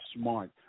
smart